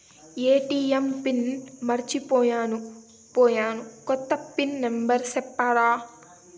ATM PIN మర్చిపోయాను పోయాను, కొత్త పిన్ నెంబర్ సెప్తారా?